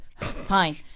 Fine